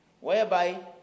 whereby